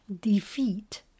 defeat